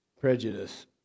Prejudice